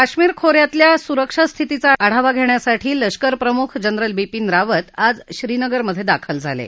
काश्मीर खो यातल्या सुरक्षास्थितीचा आढावा घेण्यासाठी लष्कर प्रमुख जनरल बिपिन रावत आज श्रीनगरमधे दाखल झाले आहेत